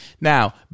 now